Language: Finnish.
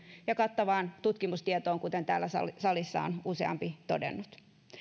ja kattavaan tutkimustietoon kuten täällä salissa on useampi todennut